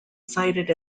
cited